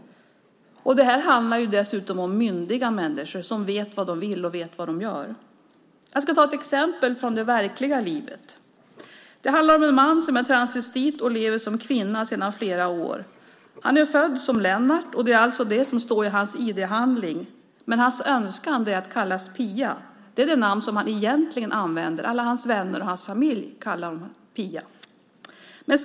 Det handlar dessutom om myndiga människor som vet vad de vill och vet vad de gör. Jag ska ta ett exempel från verkliga livet. Det handlar om en man som är transvestit och sedan flera år lever som kvinna. Han är född som Lennart, och det är alltså det namn som står i hans ID-handling, men hans önskan är att kallas Pia. Det är det namn han egentligen använder. Alla hans vänner och hans familj kallar honom Pia.